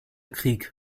krieg